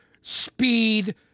speed